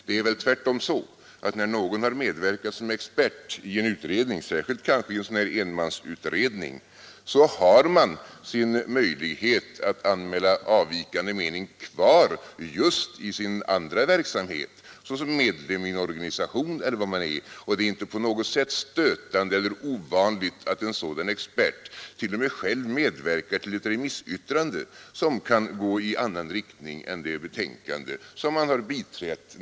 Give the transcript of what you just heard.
Det är tvärtom så, att när någon har medverkat som expert i en utredning, särskilt kanske i en enmansutredning, har man möjligheten att anmäla avvikande mening kvar i sin andra verksamhet såsom medlem i en organisation eller dylikt. Det är inte på något sätt stötande eller ovanligt att en sådan expert t.o.m. själv medverkar till ett remissyttrande som kan gå i en annan riktning än det betänkande som han har biträtt.